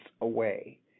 away